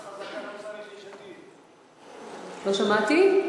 לא שמעתי.